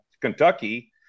Kentucky